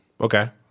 okay